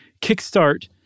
kickstart